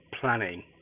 planning